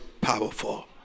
powerful